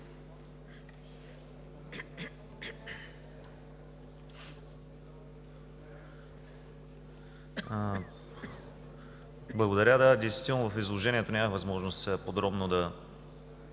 Благодаря. Действително в изложението нямах възможност подробно да